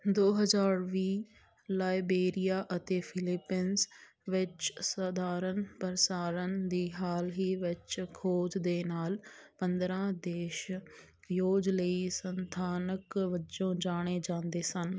ਦੋ ਹਜ਼ਾਰ ਵੀਹ ਲਾਇਬੇਰੀਆ ਅਤੇ ਫਿਲੀਪੀਨਜ਼ ਵਿੱਚ ਸਧਾਰਣ ਪ੍ਰਸਾਰਣ ਦੀ ਹਾਲ ਹੀ ਵਿੱਚ ਖੋਜ ਦੇ ਨਾਲ ਪੰਦਰਾਂ ਦੇਸ਼ ਯੌਜ਼ ਲਈ ਸਥਾਨਕ ਵਜੋਂ ਜਾਣੇ ਜਾਂਦੇ ਸਨ